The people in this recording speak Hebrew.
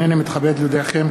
הנני מתכבד להודיעכם,